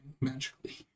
magically